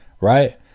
right